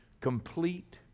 complete